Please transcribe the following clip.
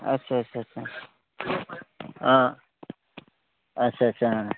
আচ্ছা আচ্ছা আচ্ছা অঁ আচ্ছা আচ্ছা